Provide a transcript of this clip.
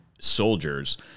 soldiers